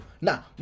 Now